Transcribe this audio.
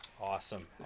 Awesome